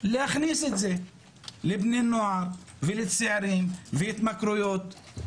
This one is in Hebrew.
להכניס את זה לבני נוער, ולצעירים, והתמכרויות.